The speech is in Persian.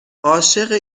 عاشق